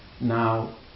now